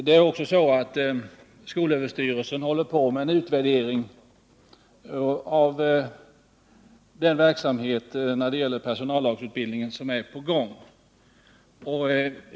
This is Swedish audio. Det är också så att skolöverstyrelsen håller på med en utvärdering av den verksamhet när det gäller personallagsutbildning som är på gång.